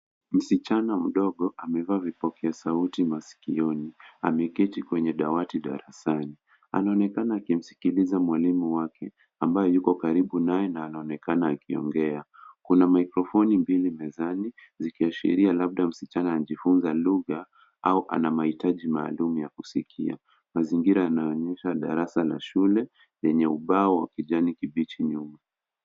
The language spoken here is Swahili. Msichana mdogo amevaa vipokea sauti masikioni. Ameketi kwenye dawati darasani anaonekana akimsikiliza mwalimu wake ambaye yuko karibu naye na anaonekana akiongea . Kuna maikrofoni mbili mezani zikiashiria labda msichana anajifunza lugha au ana mahitaji maalum ya kusikia. Mazingira yanaonyesha darasa na shule lenye ubao wa kijani kibichi nyuma.